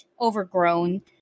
overgrown